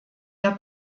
der